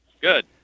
Good